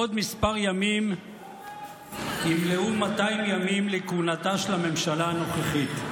בעוד כמה ימים ימלאו 200 ימים לכהונתה של הממשלה הנוכחית.